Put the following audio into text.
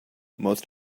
most